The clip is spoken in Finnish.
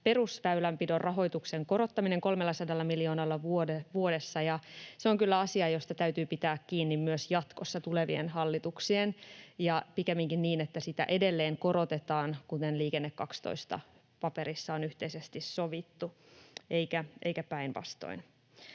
perusväylänpidon rahoituksen korottaminen 300 miljoonalla vuodessa, ja se on kyllä asia, josta täytyy pitää kiinni myös jatkossa, tulevien hallituksien — ja pikemminkin niin, että sitä edelleen korotetaan, kuten Liikenne 12 ‑paperissa on yhteisesti sovittu, eikä päinvastoin.